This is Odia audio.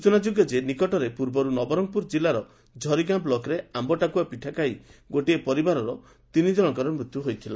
ସୂଚନାଯୋଗ୍ୟ ନିକଟରେ ପୂର୍ବରୁ ନବରଙ୍ଙପୁର ଜିଲ୍ଲାର ଝରିଗାଁ ବ୍କକ୍ରେ ଆୟ ଟାକୁଆ ପିଠା ଖାଇ ଗୋଟିଏ ପରିବାରର ତିନି ଜଶଙ୍କର ମୃତ୍ୟୁ ହୋଇଥିଲା